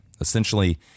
essentially